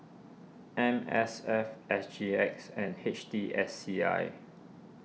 M S F S G X and H T S C I